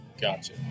Gotcha